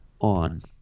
On